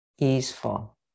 easeful